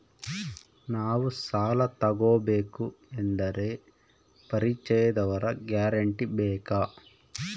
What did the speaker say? ನಾವು ಸಾಲ ತೋಗಬೇಕು ಅಂದರೆ ಪರಿಚಯದವರ ಗ್ಯಾರಂಟಿ ಬೇಕಾ?